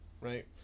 right